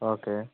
okay